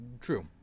True